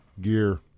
Gear